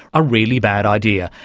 a really bad idea.